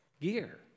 gear